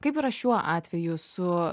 kaip yra šiuo atveju su